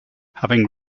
having